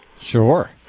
Sure